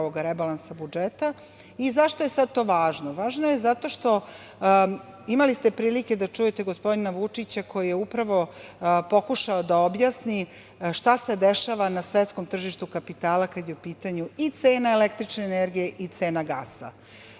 je sad to važno? Važno je zato što ste imali prilike da čujete gospodina Vučića, koji je upravo pokušao da objasni šta se dešava na svetskom tržištu kapitala kada je u pitanju i cena električne energije i cena gasa.